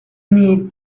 need